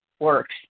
Works